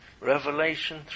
Revelation